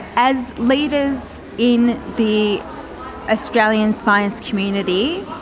as leaders in the australian science community,